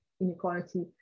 inequality